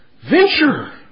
venture